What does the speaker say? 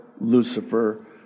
Lucifer